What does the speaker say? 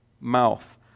mouth